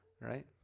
right